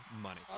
money